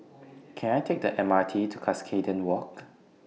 Can I Take The M R T to Cuscaden Walk